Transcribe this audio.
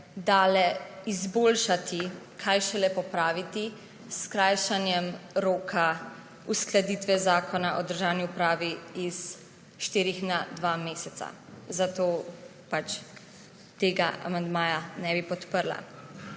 dale izboljšati, kaj šele popraviti s skrajšanjem roka uskladitve Zakona o državni upravi s štirih na dva meseca. Zato tega amandmaja ne bi podprla.